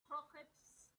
croquettes